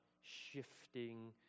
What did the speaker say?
shifting